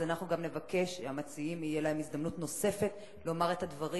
אנחנו נבקש שלמציעים תהיה הזדמנות נוספת לומר את הדברים